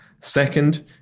Second